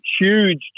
huge